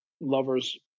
lover's